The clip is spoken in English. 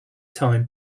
time